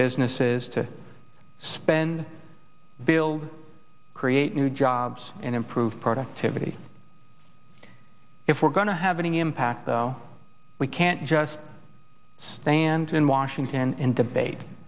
businesses to spend build create new jobs and improve productivity if we're going to have any impact though we can't just stand in washington and debate